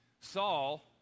Saul